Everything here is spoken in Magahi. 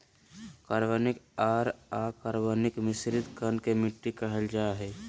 कार्बनिक आर अकार्बनिक मिश्रित कण के मिट्टी कहल जा हई